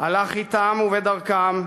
הלך אתם ובדרכם,